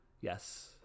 Yes